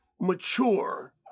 mature